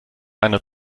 einer